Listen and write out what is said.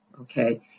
okay